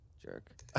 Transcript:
Jerk